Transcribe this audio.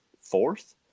fourth